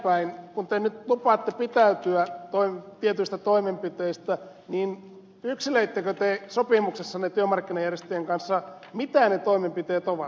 kun te nyt lupaatte pidättäytyä tietyistä toimenpiteistä niin yksilöittekö te sopimuksessanne työmarkkinajärjestöjen kanssa sen mitä ne toimenpiteet ovat